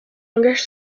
engage